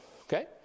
okay